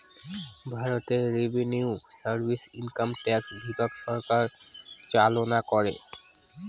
ভারতে revenue service income tax বিভাগ সরকার চালনা করে